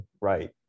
right